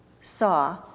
saw